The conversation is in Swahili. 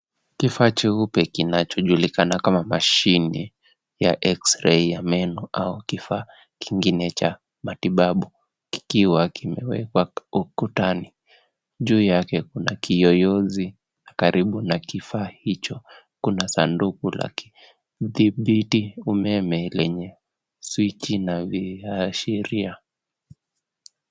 Kifaa cheupe kinacho julikana kama mashini ya x-ray ya menu au kifaa kingine cha matibabu kikiwa kimewekwa ukutani. Juy yake kuna kiyoyozi kakaribu na kifaa hicho kuna sanduku lake, dhibiti umeme lenye swichi na viashiria.